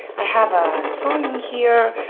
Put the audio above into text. i have a song in here,